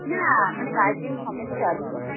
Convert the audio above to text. না মানে গার্জেন সমেত চারশো